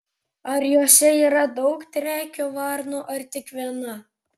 ar juose yra daug triakių varnų ar tik viena